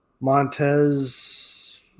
Montez